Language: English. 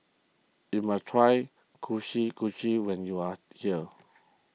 you must try when you are here